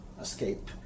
escape